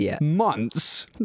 months